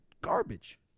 garbage